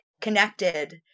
connected